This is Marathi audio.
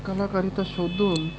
कलाकारिता शोधून